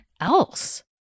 else